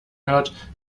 hört